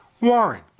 Warren